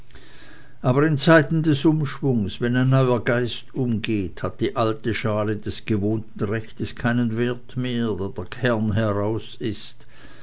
aber in zeiten des umschwunges wenn ein neuer geist umgeht hat die alte schale des gewohnten rechtes keinen wert mehr da der kern heraus ist